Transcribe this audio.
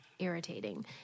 irritating